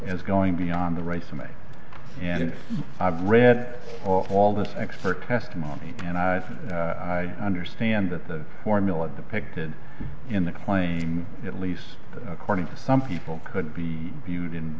as going beyond the right to make and i've read all this expert testimony and i think i understand that the formula depicted in the claim at least according to some people could be viewed in